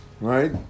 right